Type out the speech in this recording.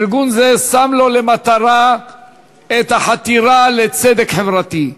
ארגון זה שם לו למטרה את החתירה לצדק חברתי,